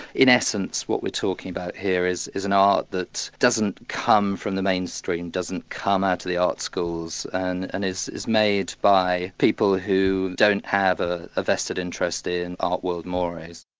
in essence what we're talking about here is is an art that doesn't come from the mainstream, doesn't come out of the art schools and and is is made by people who don't have ah a vested interest in art world mores.